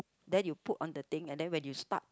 then you put on the thing and then when you start